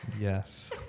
Yes